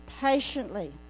patiently